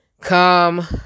come